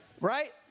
Right